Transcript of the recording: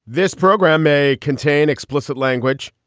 this program may contain explicit language.